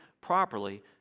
properly